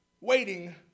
waiting